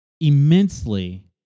immensely